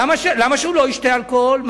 למה שהוא לא ישתה אלכוהול?